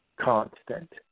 constant